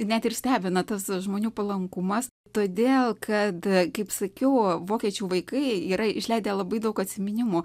net ir stebina tas žmonių palankumas todėl kad kaip sakiau vokiečių vaikai yra išleidę labai daug atsiminimų